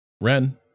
Ren